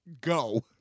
Go